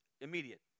Immediate